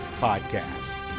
Podcast